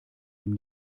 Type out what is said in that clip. dem